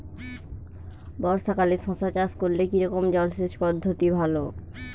বর্ষাকালে শশা চাষ করলে কি রকম জলসেচ পদ্ধতি ভালো?